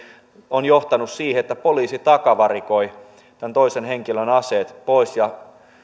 on johtanut siihen että poliisi takavarikoi tämän toisen henkilön aseet pois